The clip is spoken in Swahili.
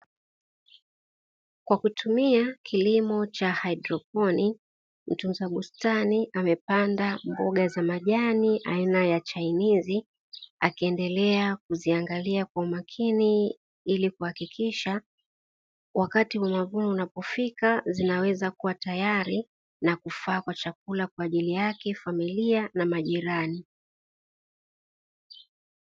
Kwa kutumia kilimo cha haidroponi, mtunza bustani amepanda mboga za majani aina ya chainizi, akiendelea kuziangalia kwa umakini ili kuhakikisha wakati wa mavuno unapofika zinaweza kuwa tayari na kufaa kwa chakula kwa ajili: yake, familia na majirani.